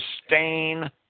sustain